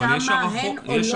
כמה התקנות עולות באופן כללי?